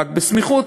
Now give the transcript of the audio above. רק בסמיכות,